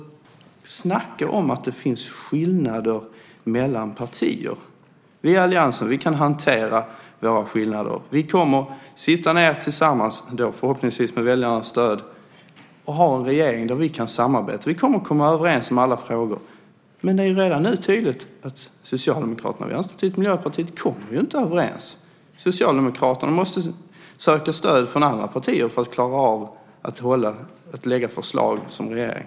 Snacka om att det finns skillnader mellan partier. Vi i alliansen kan hantera våra skillnader. Vi kommer att sitta ned tillsammans, förhoppningsvis med väljarnas stöd, och ha en regering där vi kan samarbeta. Vi kommer att komma överens om alla frågor. Men det är redan nu tydligt att Socialdemokraterna, Vänsterpartiet och Miljöpartiet inte kommer överens. Socialdemokraterna måste söka stöd från andra partier för att klara av att lägga fram förslag som regering.